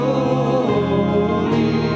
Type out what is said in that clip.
Holy